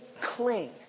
cling